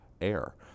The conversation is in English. air